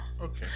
Okay